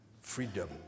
Freedom